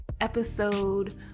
episode